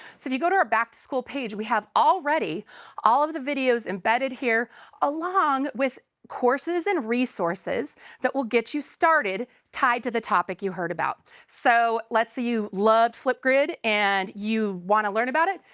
so if you go to our back to school page, we have already all of the videos embedded here along with courses and resources that will get you started tied to the topic you heard about. so, let's say you loved flipgrid and you want to learn about it.